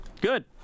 Good